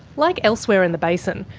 like elsewhere in the basin,